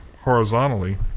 horizontally